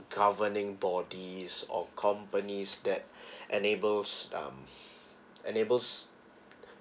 governing bodies or companies that enables um enables